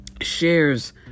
shares